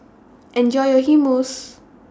Enjoy your Hummus